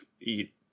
eat